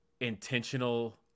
intentional